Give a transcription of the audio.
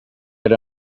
had